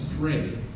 pray